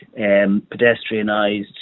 pedestrianised